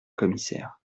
commissaire